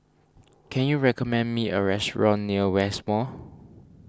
can you recommend me a restaurant near West Mall